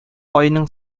айның